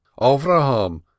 Avraham